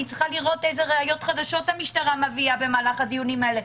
אני צריכה לראות אילו ראיות חדשות המשטרה מביאה במהלך הדיונים האלה.